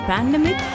Pandemic